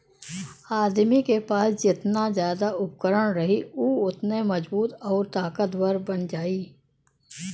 आदमी के पास जेतना जादा उपकरण रही उ ओतने मजबूत आउर ताकतवर बन जाई